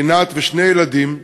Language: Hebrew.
רינת, ושני ילדים,